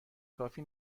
کافی